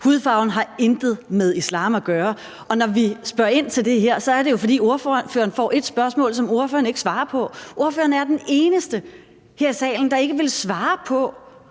Hudfarven har intet med islam at gøre, og når vi spørger ind til det her, er det jo, fordi partilederen får et spørgsmål, som partilederen ikke svarer på. Partilederen er den eneste her i salen, der ikke vil svare på